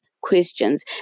questions